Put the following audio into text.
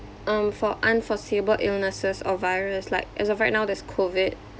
um for unforeseeable illnesses or virus like as of right now there's COVID